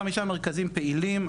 35 מרכזים פעילים,